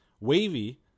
Wavy